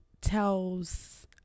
tells